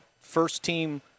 first-team